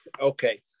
Okay